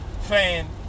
fan